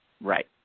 right